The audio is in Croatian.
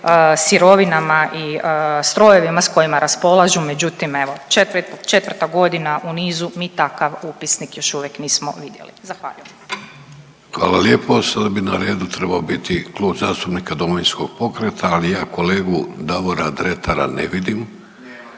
sirovinama i strojevima s kojima raspolažu, međutim, evo, 4. godina u nizu, mi takav upisnik još uvijek nismo vidjeli. Zahvaljujem. **Vidović, Davorko (Nezavisni)** Hvala lijepo. Sada bi na redu trebao biti Klub zastupnika Domovinskog pokreta, ali ja kolegu Davora Dretara ne vidim